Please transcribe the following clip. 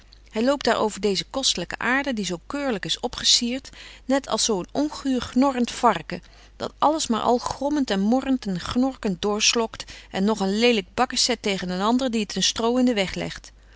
hy loopt daar over deeze kostelyke aarde die zo keurlyk is opgesiert net als zo een onguur gnorrent varken dat alles maar al gromment en morrent en gnorkent doorslokt en nog een lelyk bakkes zet tegen een ander die het een stroo in den weg legt